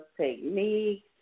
techniques